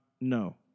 no